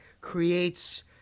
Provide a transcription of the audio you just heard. creates